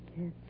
Yes